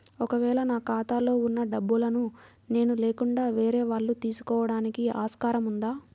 ఒక వేళ నా ఖాతాలో వున్న డబ్బులను నేను లేకుండా వేరే వాళ్ళు తీసుకోవడానికి ఆస్కారం ఉందా?